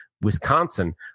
Wisconsin